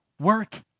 Work